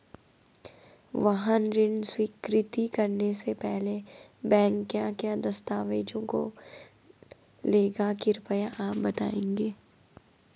वाहन ऋण स्वीकृति करने से पहले बैंक क्या क्या दस्तावेज़ों को लेगा कृपया आप बताएँगे?